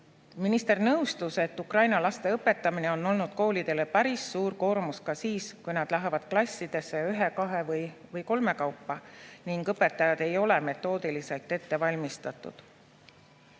Minister nõustus, et ukraina laste õpetamine on olnud koolidele päris suur koormus ka siis, kui nad lähevad klassidesse ühe-, kahe- või kolmekaupa ning õpetajad ei ole metoodiliselt ette valmistatud.